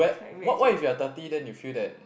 what what if you're thirty then you feel that